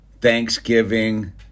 Thanksgiving